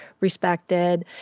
respected